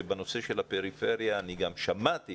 שבנושא של הפריפריה אני גם שמעתי